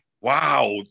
wow